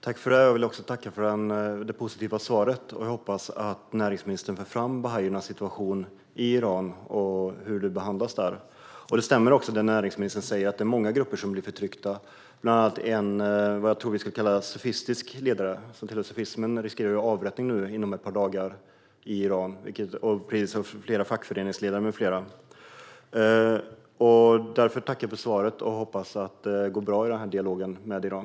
Herr talman! Jag tackar näringsministern för det positiva svaret och hoppas att näringsministern för fram bahaiernas situation i Iran och hur de behandlas där. Det stämmer att det är många grupper som blir förtryckta. Bland andra riskerar en sufistisk ledare avrättning inom ett par dagar, precis som ett antal fackföreningsledare med flera. Jag tackar för svaret och hoppas att det går bra i dialogen med Iran.